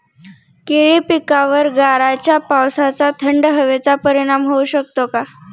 केळी पिकावर गाराच्या पावसाचा, थंड हवेचा परिणाम होऊ शकतो का?